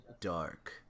Dark